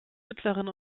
mittleren